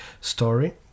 story